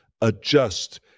adjust